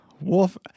Wolf